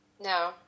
No